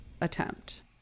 attempt